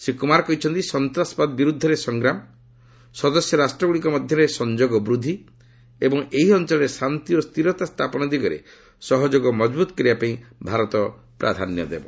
ଶ୍ରୀ କୁମାର କହିଛନ୍ତି ସନ୍ତାସବାଦ ବିରୁଦ୍ଧରେ ସଂଗ୍ରାମ ସଦସ୍ୟ ରାଷ୍ଟ୍ରଗୁଡ଼ିକ ମଧ୍ୟରେ ସଂଯୋଗ ବୃଦ୍ଧି ଏବଂ ଏହି ଅଞ୍ଚଳରେ ଶାନ୍ତି ଓ ସ୍ତିରତା ସ୍ଥାପନ ଦିଗରେ ସହଯୋଗ ମଜଭୁତ କରିବା ପାଇଁ ଭାରତ ପ୍ରାଧାନ୍ୟ ଦେବ